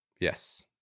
Yes